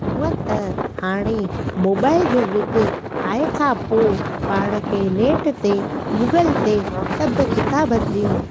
हूंअं त हाणे मोबाइल जो युगु आहे खां पोइ पाण खे नेट ते गूगल ते सभु किताब जी